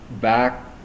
back